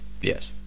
Yes